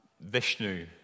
Vishnu